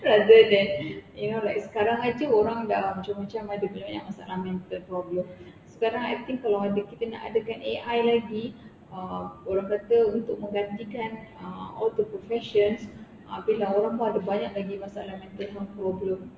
rather than you know like sekarang sahaja orang dah macam-macam ada banyak masalah mental problem sekarang I think kalau ada kita nak adakan A_I lagi um orang kata untu menggantikan uh all the professions uh orang akan ada banyak lagi masalah mental health problem